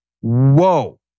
Whoa